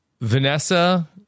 Vanessa